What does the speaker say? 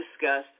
discuss